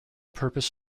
purpose